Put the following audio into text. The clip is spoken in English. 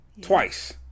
twice